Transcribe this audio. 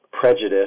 prejudice